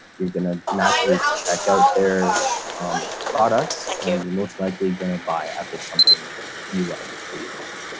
you're going to naturally check out their products and you're most likely going to buy ah if it's something you like, or you aren't.